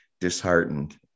disheartened